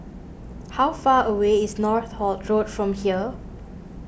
how far away is Northolt Road from here